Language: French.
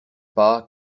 pas